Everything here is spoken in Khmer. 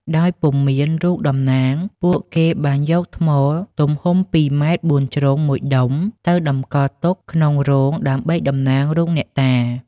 ដោយពុំមានរូបតំណាងពួកគេបានយកថ្មទំហំ ២ ម៉ែត្របួនជ្រុងមួយដុំ ទៅតម្កល់ទុកក្នុងរោងដើម្បីតំណាងរូបអ្នកតា ។